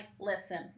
listen